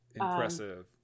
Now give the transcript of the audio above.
impressive